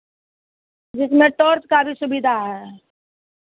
जिसमें टॉर्च का भी सुविधा है